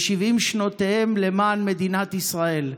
ו-70 שנותיהם למען מדינת ישראל.